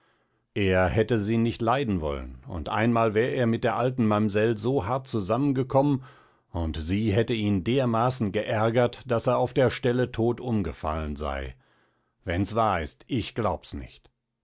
er hätte sie nicht leiden wollen und einmal wär er mit der alten mamsell so hart zusammengekommen und sie hätte ihn dermaßen geärgert daß er auf der stelle tot umgefallen sei wenn's wahr ist ich glaub's nicht